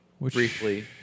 Briefly